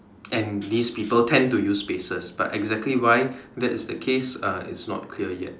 and these people tend to use spaces but exactly why that is the case uh it's not clear yet